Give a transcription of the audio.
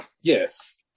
Yes